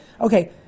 okay